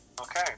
Okay